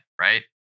right